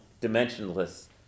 dimensionless